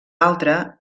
altre